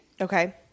Okay